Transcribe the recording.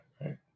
Right